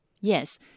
Yes